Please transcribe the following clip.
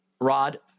Rod